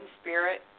spirit